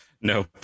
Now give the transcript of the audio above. No